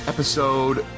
Episode